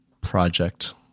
project